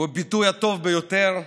הוא הביטוי הטוב ביותר לציונות.